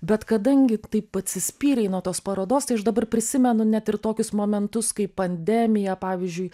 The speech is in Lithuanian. bet kadangi taip atsispyrei nuo tos parodos tai aš dabar prisimenu net ir tokius momentus kaip pandemija pavyzdžiui